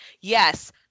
Yes